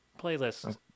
playlist